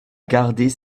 garder